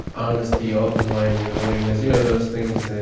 honesty, open mind and willingness you know, those things,